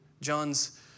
John's